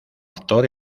actor